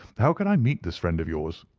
how could i meet this friend of yours?